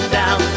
down